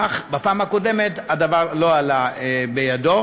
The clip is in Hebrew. אך בפעם הקודמת הדבר לא עלה בידו.